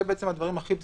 אלה הדברים הכי בסיסיים,